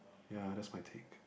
ya that's my take